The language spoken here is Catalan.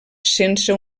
sense